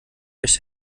recht